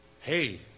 Hey